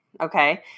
okay